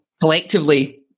collectively